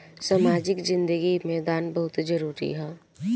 सामाजिक जिंदगी में दान बहुत जरूरी ह